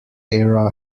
era